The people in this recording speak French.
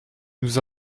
nous